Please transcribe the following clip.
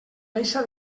deixa